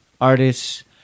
artists